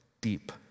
deep